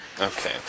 Okay